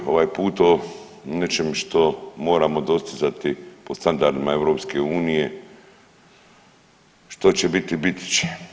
Ovaj put o nečem što moramo dostizati po standardima EU, što će biti biti će.